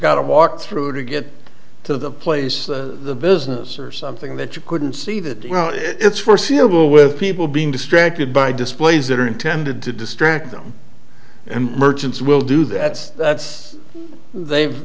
got to walk through to get to the place the business or something that you couldn't see that it's foreseeable with people being distracted by displays that are intended to distract them and merchants will do that's that's they've